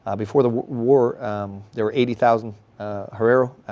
ah before the war there were eighty thousand herrero,